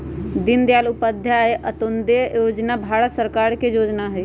दीनदयाल उपाध्याय अंत्योदय जोजना भारत सरकार के जोजना हइ